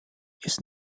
ist